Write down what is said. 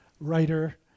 writer